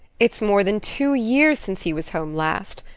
it's more than two years since he was home last.